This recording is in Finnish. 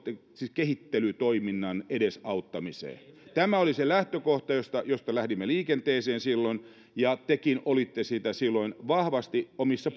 kehittelytoiminnan edesauttamiseen tämä oli se lähtökohta josta josta lähdimme liikenteeseen silloin ja tekin olitte sitä silloin vahvasti omissa